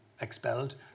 expelled